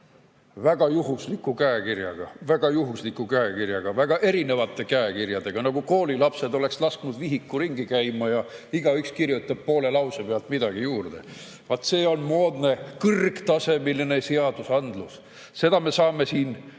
mida pähe tuleb, väga juhusliku käekirjaga, väga erinevate käekirjadega, nagu koolilapsed oleksid lasknud vihiku ringi käima ja igaüks oleks kirjutanud poole lause pealt midagi juurde. Vaat see on moodne kõrgtase, milline seadusandlus! Seda me saame siin